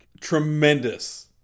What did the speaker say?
Tremendous